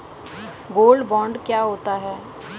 Gold bond क्या होता है?